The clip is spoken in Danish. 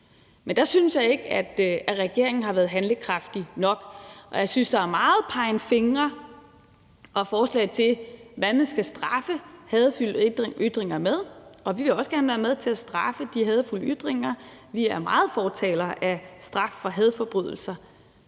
Men der synes jeg ikke, at regeringen har været handlekraftig nok, og jeg synes, at der er megen pegen fingre og mange forslag til, hvad man skal straffe hadefulde ytringer med, og vi vil også gerne være med til at straffe de hadefulde ytringer. Vi er meget store fortalere for straf for hadforbrydelser,